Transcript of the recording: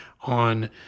on